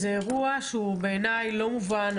זה אירוע שהוא בעיניי לא מובן.